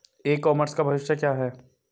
ई commerce का भविष्य क्या है?